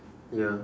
ya